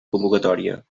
convocatòria